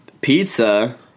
Pizza